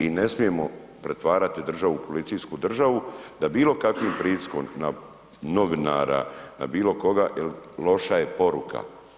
I ne smijemo pretvarati državu u policijsku državu da bilo kakvim pritiskom na novinara, na bilo koga, jel loša je poruka.